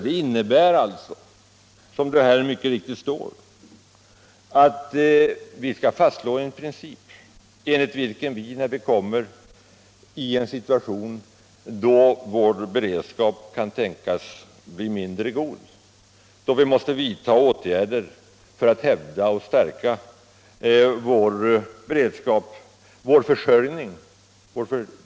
Den innebär nämligen, som det mycket riktigt står i reservationen, att vi skall fastslå en princip enligt vilken vi skall ta upp resonemang med internationella organisationer om åtgärder när vi kommer i en situation då vår beredskap kan tänkas bli mindre god, då vi måste vidta åtgärder för att klara vår försörjning.